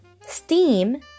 steam